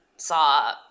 Saw